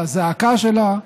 לזעקה שלה,